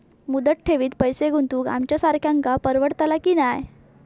मुदत ठेवीत पैसे गुंतवक आमच्यासारख्यांका परवडतला की नाय?